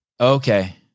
Okay